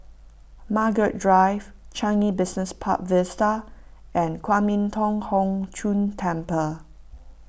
Margaret Drive Changi Business Park Vista and Kwan Im Thong Hood Cho Temple